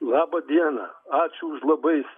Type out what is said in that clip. laba diena ačiū už labai